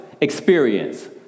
experience